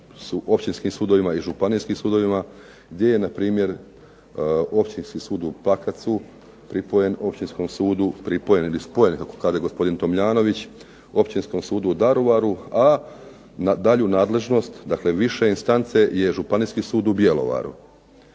općinskim sudovima i županijskim sudovima gdje je npr. Općinski sud u Pakracu pripojen ili spojen, kako kaže gospodin Tomljanović, Općinskom sudu u Daruvaru, a na dalju nadležnost dakle više instance je Županijski sud u Bjelovaru.